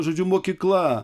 žodžiu mokykla